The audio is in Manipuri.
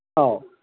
ꯑꯧ